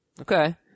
Okay